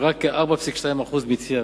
רק כ-4.2% מצי הרכב,